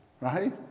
Right